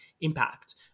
impact